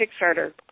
Kickstarter